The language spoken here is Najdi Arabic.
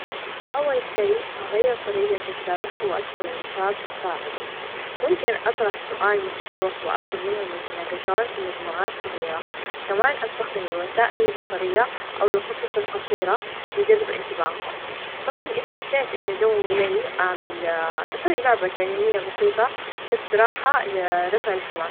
أول شي أغير طريقة الشرح، وأدخل نشاط تفاعلي، ممكن أطرح سؤال مفتوح، وأطلب منهم يتناقشون في مجموعات صغيرة، كمان استخدم الوسائل البصرية، أو القصص القصيرة لجذب انتباههم، طبعًا إذا حسيت إن الجو ممل -أعمل- أسوي لعبة تعليمية بسيطة كإستراحة ل رفع الحماس.